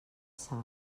sal